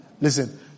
Listen